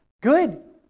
Good